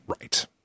right